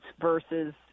versus